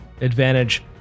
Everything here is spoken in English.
advantage